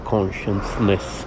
Consciousness